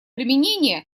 применения